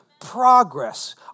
Progress